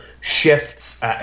shifts